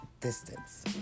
distance